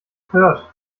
hört